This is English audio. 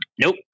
nope